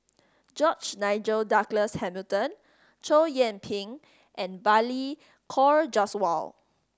George Nigel Douglas Hamilton Chow Yian Ping and Balli Kaur Jaswal